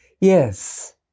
Yes